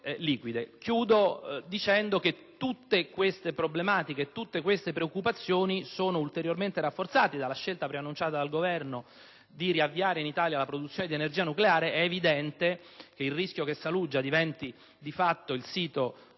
che l'insieme di queste problematiche e preoccupazioni è ulteriormente rafforzato dalla scelta preannunciata dal Governo di riavviare in Italia la produzione di energia nucleare. È evidente il rischio che Saluggia diventi, di fatto, il sito